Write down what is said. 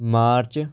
March